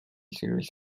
series